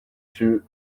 ceux